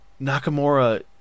Nakamura